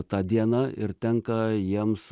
tą dieną ir tenka jiems